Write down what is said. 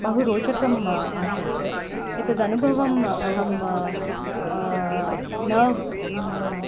बहु रोचकरम् आसीत् एतदनुभवम् अहम् न